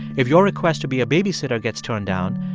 if your request to be a babysitter gets turned down,